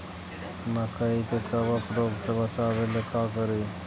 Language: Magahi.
मकई के कबक रोग से बचाबे ला का करि?